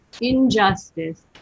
injustice